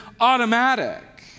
automatic